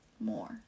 more